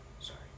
Sorry